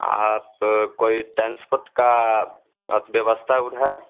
आप कोई टान्सपोट की व्यवस्था उड है